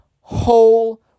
whole